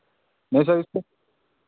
नहीं सर उसके